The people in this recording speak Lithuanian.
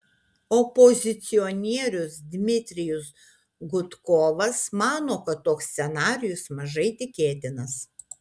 opozicionierius dmitrijus gudkovas mano kad toks scenarijus mažai tikėtinas